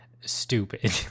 stupid